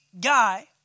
guy